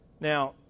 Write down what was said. Now